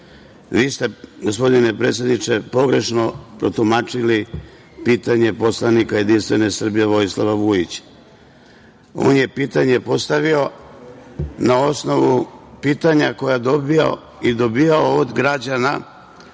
vi ste, gospodine predsedniče, pogrešno protumačili pitanje poslanika Jedinstvene Srbije Vojislava Vujića. On je pitanje postavio na osnovu pitanja koja je dobijao od građana